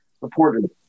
reported